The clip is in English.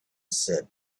said